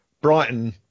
Brighton